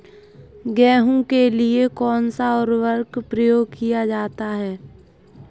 गेहूँ के लिए कौनसा उर्वरक प्रयोग किया जाता है?